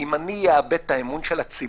אם אני אאבד את האמון של הציבור,